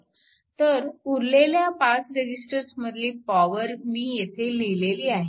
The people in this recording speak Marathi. तर उरलेल्या 5 रेजिस्टरमधील पॉवर मी येथे लिहिलेली आहे